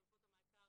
חלופות המעצר